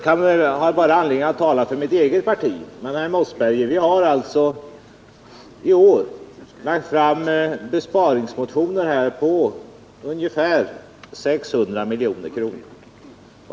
Jag har bara anledning att tala för mitt eget parti. Vi har alltså, herr Mossberger, i år lagt fram besparingsmotioner på ungefär 600 miljoner kronor.